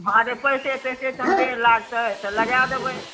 हँ जे पैसे लेतै तनी देर लागतै तऽ लागए देबै